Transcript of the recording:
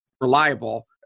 reliable